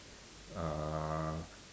uh